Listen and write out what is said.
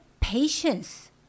Patience